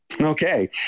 Okay